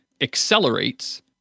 accelerates